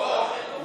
או חינוך,